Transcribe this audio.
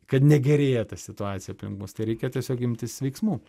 kad negerėja ta situacija aplink mus tai reikia tiesiog imtis veiksmų